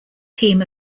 team